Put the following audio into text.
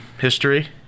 history